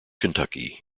kentucky